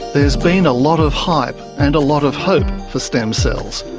there's been a lot of hype and a lot of hope for stem cells,